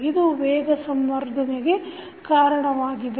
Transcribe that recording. ಇದು ವೇಗವರ್ಧನೆಗೆ ಕಾರಣವಾಗಿದೆ